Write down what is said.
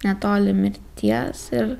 netoli mirties ir